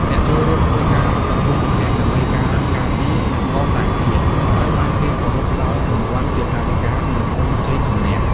អ្នកចូលរួមធ្វើការប្រកួតប្រជែង ដើម្បីការ ការពារ និង កសាងជាតិ នឹងត្រូវបានគេគោរពផ្តល់រង្វាន់ជាថវិការនិងទង់ជ័យជំនះ។